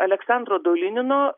aleksandro dolinino